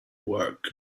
work